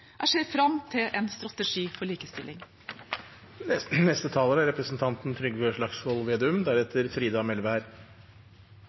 Jeg ser fram til en strategi for likestilling.